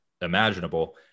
imaginable